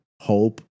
hope